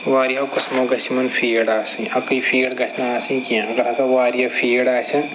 وارِہو قٕسمو گژھِ یِمَن فیٖڈ آسٕںۍ اَکٕے فیٖڈ گژھِ نہٕ آسٕنۍ کیٚنٛہہ اَگر ہسا واریاہ فیٖڈ آسَن